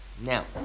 Now